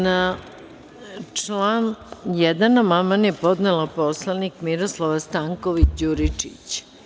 Na član 1. amandman je podnela narodni poslanik Miroslava Stanković Đuričić.